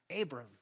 Abram